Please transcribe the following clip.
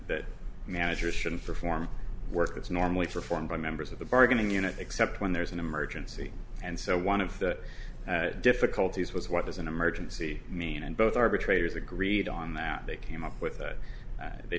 that managers shouldn't perform work that's normally performed by members of the bargaining unit except when there's an emergency and so one of the difficulties was what does an emergency mean and both arbitrators agreed on that they came up with that they